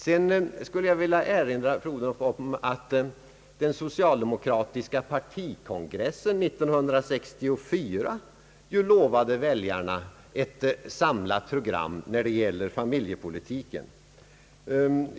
Sedan vill jag erinra fru Odhnoff om att man på den socialdemokratiska partikongressen 1964 lovade väljarna ett samlat familjepolitiskt program.